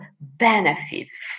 benefits